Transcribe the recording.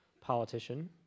politician